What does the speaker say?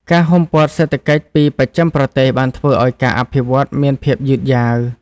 ការហ៊ុមព័ទ្ធសេដ្ឋកិច្ចពីបស្ចិមប្រទេសបានធ្វើឱ្យការអភិវឌ្ឍមានភាពយឺតយ៉ាវ។